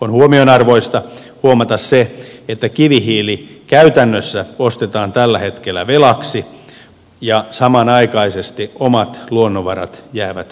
on huomionarvoista että kivihiili käytännössä ostetaan tällä hetkellä velaksi ja samanaikaisesti omat luonnonvarat jäävät hyödyntämättä